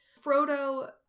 Frodo